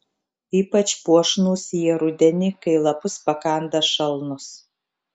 ypač puošnūs jie rudenį kai lapus pakanda šalnos